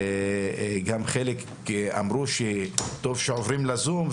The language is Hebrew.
חלק אמרו שטוב שעוברים לזום,